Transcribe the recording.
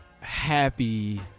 happy